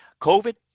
COVID